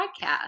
podcast